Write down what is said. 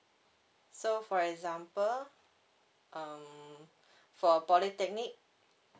so for example um for polytechnic